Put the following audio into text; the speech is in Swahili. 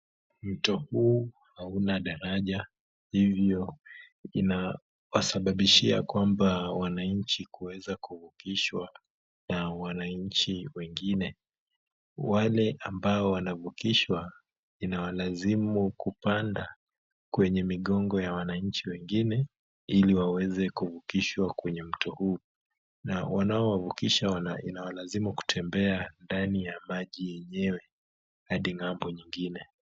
Mto huu hauna daraja, hivyo inawasababishia kwamba wananchi kuweza kuvukishwa na wananchi wengine. Wale ambao wanavukishwa inawalazimu kupanda kwenye migongo ya wanachi wengine ili waweze kuvukishwa kwenye mto huu. Na wanaowavukisha inawalazimu kutembea ndani ya maji yenyewe hadi ng'ambo nyingine.